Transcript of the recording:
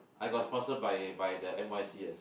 I got sponsored by by the N_Y_C_S